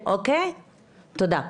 תודה.